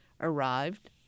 arrived